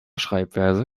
schreibweise